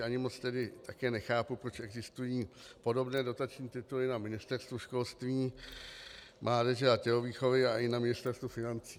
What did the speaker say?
Ani moc také nechápu, proč existují podobné dotační tituly na Ministerstvu školství, mládeže a tělovýchovy a i na Ministerstvu financí.